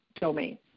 domain